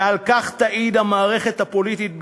ועל כך תעיד המערכת הפוליטית בישראל.